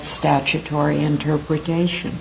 statutory interpretation